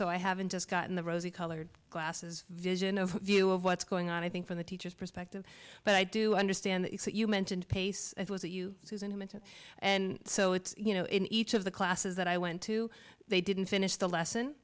so i haven't just gotten the rosy colored glasses vision of view of what's going on i think from the teacher's perspective but i do understand that you mentioned pace it was a you susan a mentor and so it's you know in each of the classes that i went to they didn't finish the lesson